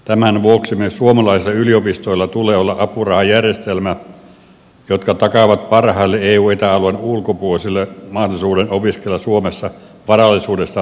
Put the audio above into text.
tämän vuoksi meillä suomalaisilla yliopistoilla tulee olla apurahajärjestelmiä jotka takaavat parhaille eu ja eta alueiden ulkopuolisille mahdollisuuden opiskella suomessa varallisuudesta riippumatta